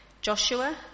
Joshua